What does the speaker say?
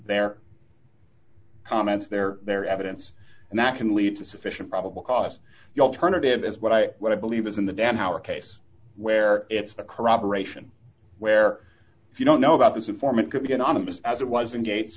their comments their their evidence and that can lead to sufficient probable cause you alternative is what i what i believe is in the dam our case where it's the corroboration where if you don't know about this informant could be anonymous as it was in gates